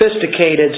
sophisticated